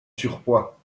surpoids